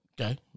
okay